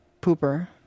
pooper